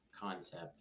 concept